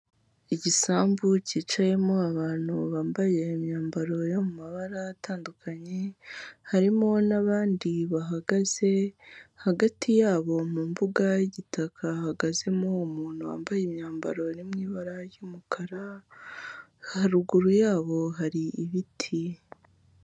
Igisambu kicayemo abantu bambaye imyambaro yo mu mabara atandukanye, harimo n'abandi bahagaze, hagati yabo mu mbuga y'igitaka, hahagazemo umuntu wambaye imyambaro iri mu mabara ry'umukara, haruguru yabo hari ibiti.